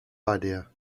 idea